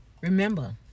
Remember